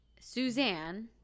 Suzanne